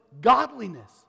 godliness